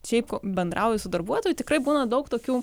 šiaip bendrauju su darbuotoju tikrai būna daug tokių